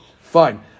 Fine